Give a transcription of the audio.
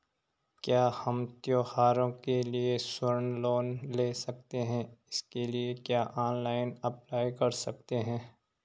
क्या हम त्यौहारों के लिए स्वर्ण लोन ले सकते हैं इसके लिए क्या ऑनलाइन अप्लाई कर सकते हैं?